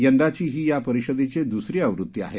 यंदाची ही या परिषदेची दुसरी आवृत्ती आहे